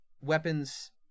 weapons